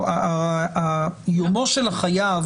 יומו של החייב